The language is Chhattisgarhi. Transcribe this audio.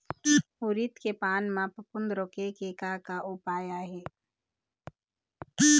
उरीद के पान म फफूंद रोके के का उपाय आहे?